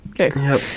okay